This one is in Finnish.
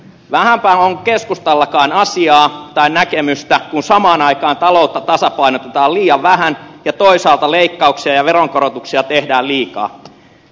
vähänpä on keskustallakaan asiaa tai näkemystä kun samaan aikaan taloutta tasapainotetaan liian vähän ja toisaalta leikkauksia ja veronkorotuksia tehdään liikaa